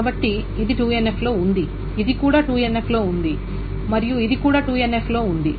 కాబట్టి ఇది 2NF లో ఉంది ఇది కూడా 2NF లో ఉంది మరియు ఇది కూడా 2NF లో ఉంది